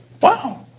Wow